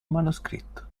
manoscritto